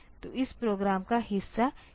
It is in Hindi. तो इस प्रोग्राम का हिस्सा यह कर रहा है